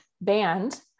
banned